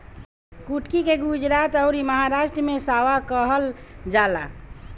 कुटकी के गुजरात अउरी महाराष्ट्र में सांवा कहल जाला